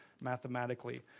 mathematically